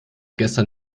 gestern